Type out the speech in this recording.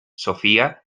sofía